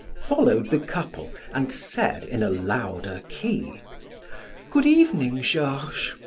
followed the couple and said in a louder key good evening, georges.